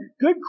good